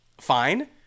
fine